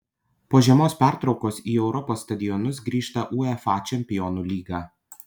po žiemos pertraukos į europos stadionus grįžta uefa čempionų lyga